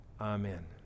amen